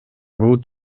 бул